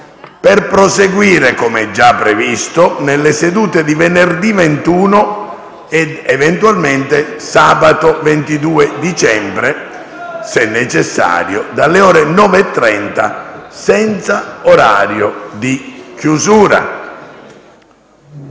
per proseguire - come già previsto - nelle sedute di venerdì 21 e sabato 22 dicembre, se necessario, dalle ore 9,30 senza orario di chiusura.